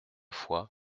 fois